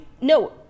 no